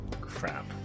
Crap